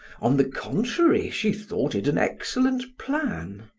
on the contrary, she thought it an excellent plan.